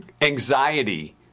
anxiety-